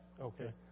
Okay